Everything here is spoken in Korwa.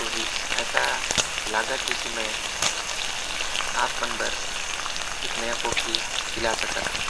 हुईस मोके माफ़ करा।